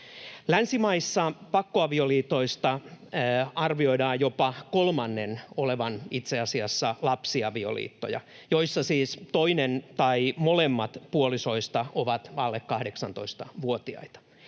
Länsimaissa pakkoavioliitoista arvioidaan jopa kolmannen olevan itse asiassa lapsiavioliittoja, joissa siis toinen tai molemmat puolisoista ovat alle 18-vuotiaita.